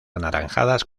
anaranjadas